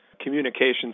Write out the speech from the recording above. communications